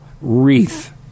wreath